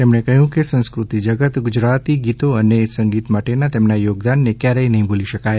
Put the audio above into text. તેમણે કહ્યુ કે સંસ્ક્રતિ જગત ગુજરાતી ગીતો અને સંગીત માટેના તેમના થોગદાનને કથારેય નહિ ભૂલી શકાય